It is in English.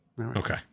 Okay